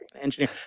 engineer